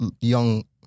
young